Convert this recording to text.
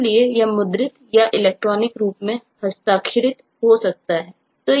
इसलिए वह मुद्रित या इलेक्ट्रॉनिक रूप से हस्ताक्षरित हो सकता है